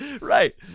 right